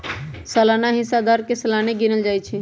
सलाना हिस्सा दर के सलाने गिनल जाइ छइ